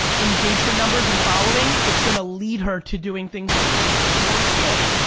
engagement numbers and following it's gonna lead her to doing things like showing more skin,